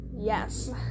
yes